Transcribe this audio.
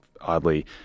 oddly